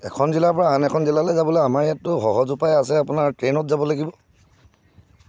এখন জিলাৰ পৰা আন এখন জিলালৈ যাবলৈ আমাৰ ইয়াততো সহজ উপায় আছে আপোনাৰ ট্ৰেইনত যাব লাগিব